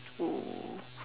oh